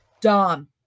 Dom